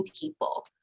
people